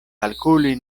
kalkuli